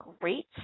great